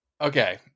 Okay